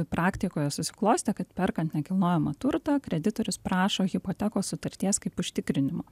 praktikoje susiklostė kad perkant nekilnojamą turtą kreditorius prašo hipotekos sutarties kaip užtikrinimo